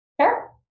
Sure